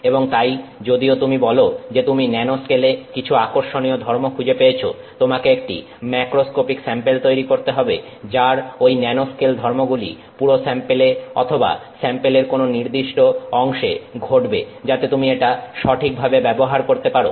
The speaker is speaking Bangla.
এবং তাই যদিও তুমি বলো যে তুমি ন্যানোস্কেল এ কিছু আকর্ষণীয় ধর্ম খুঁজে পেয়েছো তোমাকে একটি ম্যাক্রোস্কোপিক স্যাম্পেল তৈরি করতে হবে যার ঐ ন্যানোস্কেল ধর্মগুলি পুরো স্যাম্পেল এ অথবা স্যাম্পেলের কোনো নির্দিষ্ট অংশে ঘটবে যাতে তুমি এটা সঠিকভাবে ব্যবহার করতে পারো